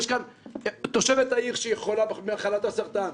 יש כאן את תושבת העיר שחולה במחלת הסרטן.